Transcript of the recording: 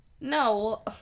No